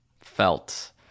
felt